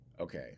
okay